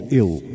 ill